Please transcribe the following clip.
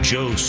Joe